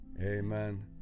amen